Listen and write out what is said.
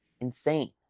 insane